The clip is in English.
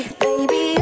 baby